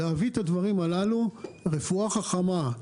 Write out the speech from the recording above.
להביא את הדברים הללו: רפואה חכמה,